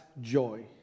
joy